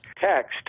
text